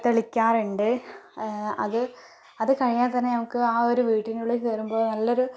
തെളിക്കാറുണ്ട് അത് അത് കഴിഞ്ഞാൽ തന്നെ നമുക്ക് ആ ഒരു വീട്ടിനുള്ളിൽ കേറുമ്പോൾ നല്ലൊരു